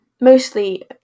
mostly